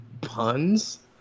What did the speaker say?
puns